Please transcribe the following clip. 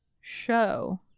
show